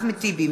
אחמד טיבי,